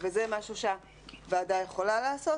וזה משהו שהוועדה יכולה לעשות.